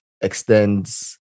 extends